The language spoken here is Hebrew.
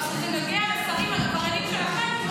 אבל כשזה נוגע לשרים על עבריינים שלכם,